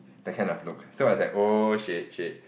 that kind of look so I was like shit shit